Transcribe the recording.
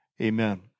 amen